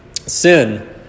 Sin